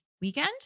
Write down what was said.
weekend